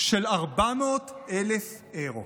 של 400,000 אירו